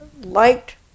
liked